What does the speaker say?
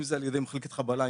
אם זה על ידי מחלקת חבלה,